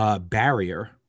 barrier